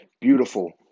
beautiful